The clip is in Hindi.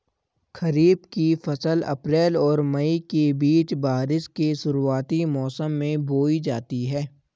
खरीफ़ की फ़सल अप्रैल और मई के बीच, बारिश के शुरुआती मौसम में बोई जाती हैं